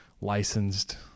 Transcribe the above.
licensed